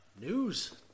news